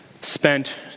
spent